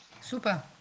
Super